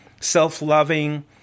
self-loving